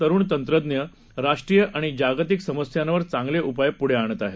तरुण तंत्रज्ञ राष्ट्रीय आणि जागतिक समस्यांवर चांगले उपाय पुढे आणत आहे